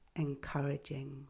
encouraging